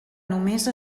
només